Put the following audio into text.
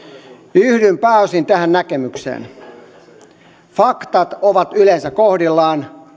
yhdyn pääosin tähän näkemykseen faktat ovat yleensä kohdillaan